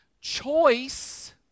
choice